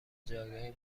جایگاه